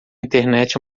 internet